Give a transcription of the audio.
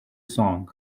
song